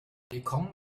willkommen